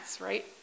right